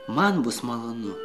man bus malonu